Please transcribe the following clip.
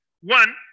One